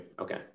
Okay